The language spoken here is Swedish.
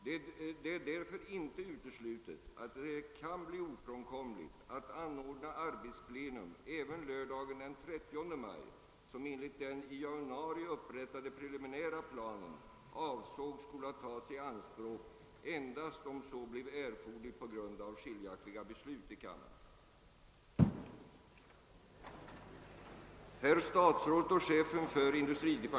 Det är därför inte uteslutet att det kan bli ofrånkomligt att anordna arbetsplenum även lördagen den 30 maj, som enligt den i januari upprättade preliminära planen avsågs skola tas i anspråk endast om så blev erforderligt på grund av skiljaktiga beslut i kamrarna.